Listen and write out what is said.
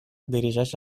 dirigeix